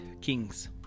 kings